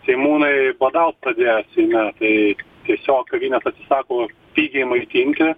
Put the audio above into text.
seimūnai badaut pradėjo seime tai tiesiog kavinės atsisako pigiai maitinti